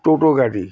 টোটো গাড়ি